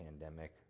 pandemic